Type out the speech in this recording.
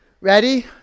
Ready